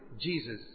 Jesus